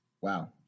Wow